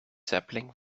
sapling